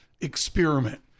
experiment